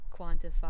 quantify